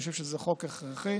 אני חושב שזה חוק הכרחי.